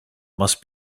must